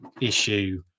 issue